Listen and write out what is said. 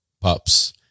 pups